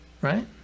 Right